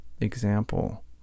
example